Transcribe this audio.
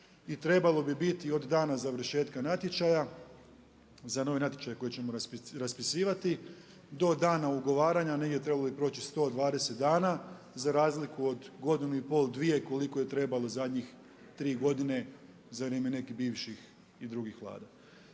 trebalo bi biti od dana završetka natječaja, za novi natječaj koji ćemo raspisivati, do dana ugovaranja, negdje trebalo bi proći 120 dana, za razliku od godinu i pol, dvije, koliko je trebalo zadnjih 3 godine, za vrijeme nekih bivših i drugih Vlada.